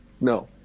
no